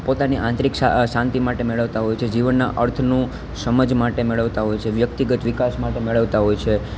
પોતાની આંતરિક શાંતિ માટે મેળવતાં હોય છે જીવનનાં અર્થનું સમજ માટે મેળવતાં હોય છે વ્યક્તિગત વિકાસ માટે મેળવતાં હોય છે